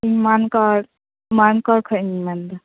ᱤᱧ ᱢᱟᱱᱠᱚᱨ ᱢᱟᱱᱠᱚᱨ ᱠᱷᱚᱱ ᱤᱧ ᱢᱮᱱᱫᱟ